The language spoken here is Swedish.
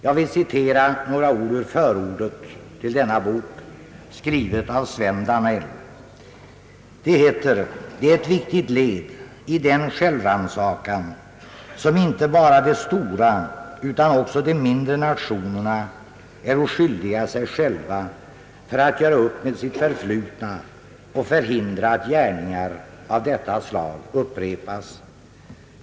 Jag skall be att få citera några ord ur förordet till denna bok, skrivet av biskop Sven Danell. Det heter där: »Det är ett viktigt led i den självrannsakan, som inte bara de stora utan också de mindre nationerna äro skyldiga sig själva för att göra upp med sitt förflutna och förhindra att gärningar av detta slag upprepas.